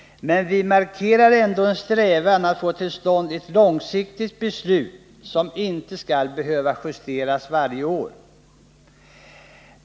Men vi markerar ändå en strävan att få till stånd ett långsiktigt beslut som inte skall behöva justeras varje år.